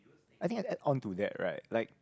I think I add on to that right like